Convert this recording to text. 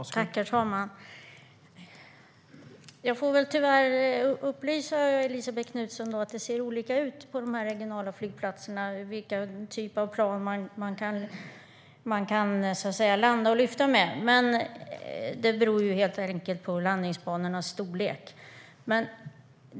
Herr talman! Jag får väl tyvärr upplysa Elisabet Knutsson om att det ser olika ut på de regionala flygplatserna när det gäller vilken typ av plan som det går att landa och lyfta med. Det beror helt enkelt på landningsbanornas storlek.